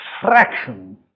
fraction